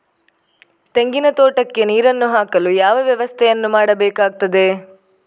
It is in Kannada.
ತೆಂಗಿನ ತೋಟಕ್ಕೆ ನೀರು ಹಾಕಲು ಯಾವ ವ್ಯವಸ್ಥೆಯನ್ನು ಮಾಡಬೇಕಾಗ್ತದೆ?